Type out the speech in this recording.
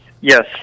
Yes